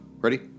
Ready